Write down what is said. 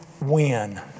win